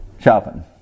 shopping